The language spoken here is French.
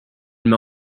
m’a